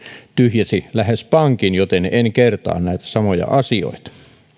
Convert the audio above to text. tyhjäsi pankin joten en en kertaa näitä samoja asioita